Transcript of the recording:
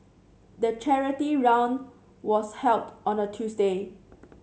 the charity run was held on a Tuesday